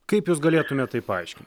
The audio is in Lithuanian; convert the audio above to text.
kaip jūs galėtumėt tai paaiškint